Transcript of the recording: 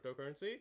cryptocurrency